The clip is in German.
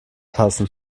passen